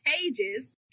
pages